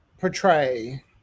portray